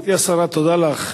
גברתי השרה, תודה לך.